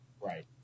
Right